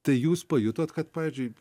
tai jūs pajutot kad pavyzdžiui